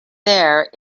there